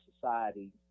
society